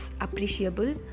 appreciable